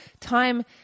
time